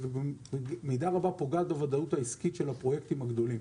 ובמידה רבה פוגע בוודאות העסקית של הפרויקטים הגדולים.